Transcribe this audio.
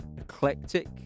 eclectic